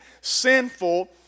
sinful